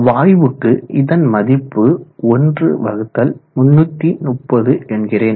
வாயுக்கு இதன் மதிப்பு 1330 என்கிறேன்